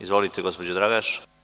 Izvolite gospođo Dragaš.